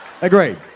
Agreed